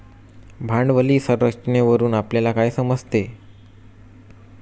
भांडवली संरचनेवरून आपल्याला काय समजते?